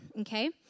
okay